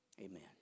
Amen